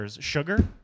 Sugar